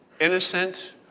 innocent